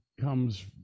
comes